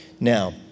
Now